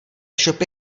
shopy